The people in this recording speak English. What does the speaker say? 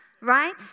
right